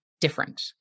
different